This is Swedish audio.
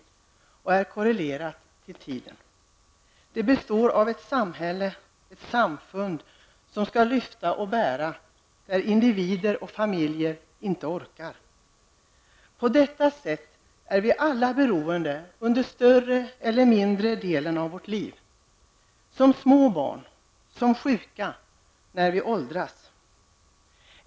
Dessutom är livet korrelerat till tiden. Det består av ett samhälle, ett samfund, som skall lyfta och bära när individer och familjer inte orkar. På det sättet är vi alla beroende under en längre eller en kortare period i livet -- som små barn, som sjuka och när vi åldras.